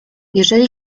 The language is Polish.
jeżeli